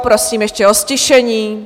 Prosím ještě o ztišení.